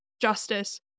justice